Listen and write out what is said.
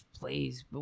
please